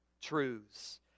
truths